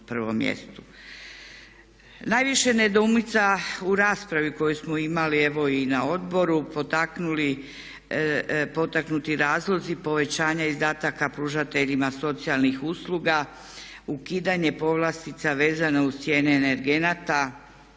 Najviše nedoumica u raspravi koju smo imali evo i na odboru potaknuti razlozi povećanja izdataka pružateljima socijalnih usluga, ukidanje povlastica vezano uz cijene energenata,